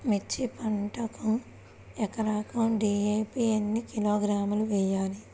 మిర్చి పంటకు ఎకరాకు డీ.ఏ.పీ ఎన్ని కిలోగ్రాములు వేయాలి?